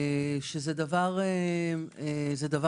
זה דבר גדול.